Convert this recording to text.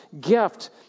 gift